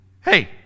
Hey